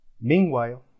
Meanwhile